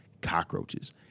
cockroaches